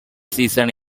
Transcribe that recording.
season